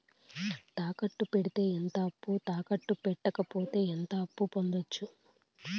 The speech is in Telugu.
తాకట్టు పెడితే ఎంత అప్పు, తాకట్టు పెట్టకపోతే ఎంత అప్పు పొందొచ్చు?